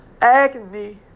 agony